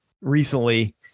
recently